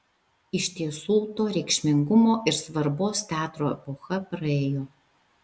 iš tiesų to reikšmingumo ir svarbos teatro epocha praėjo